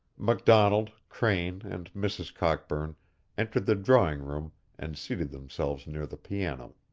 mcdonald, crane, and mrs. cockburn entered the drawing-room and seated themselves near the piano.